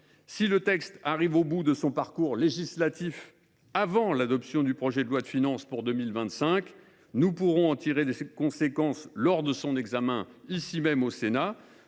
Si le texte arrive au bout de son parcours législatif avant l’adoption du projet de loi de finances pour 2025, nous pourrons en tirer les conséquences lors de l’examen dudit PLF par le Sénat.